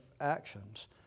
actions